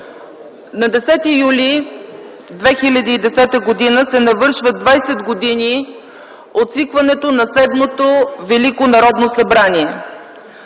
На 10 юли 2010 г. се навършват двадесет години от свикването на Седмото Велико Народно събрание.